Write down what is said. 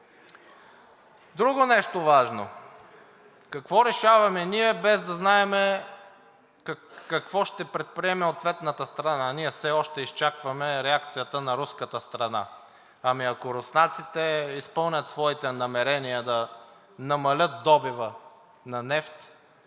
Друго важно нещо. Какво решаваме ние, без да знаем какво ще предприеме ответната страна? Ние все още изчакваме реакцията на руската страна. Ами ако руснаците изпълнят своите намерения да намалят добива на нефт,